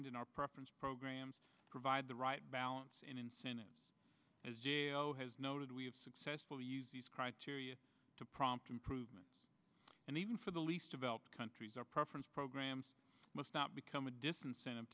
and in our preference programs to provide the right balance in incentives as has noted we have successfully used these criteria to prompt improvement and even for the least developed countries our preference programs must not become a disincentive